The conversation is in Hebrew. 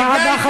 תודה רבה,